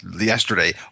yesterday